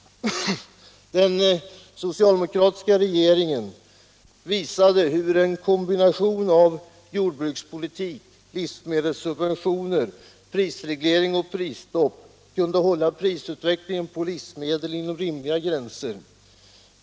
Den socialdemokratiska regeringen visade hur en kombination av jordbrukspolitik, livsmedelssubventioner, prisreglering och prisstopp kunde hålla prisutvecklingen på livsmedel inom rimliga gränser.